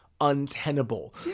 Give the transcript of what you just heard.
untenable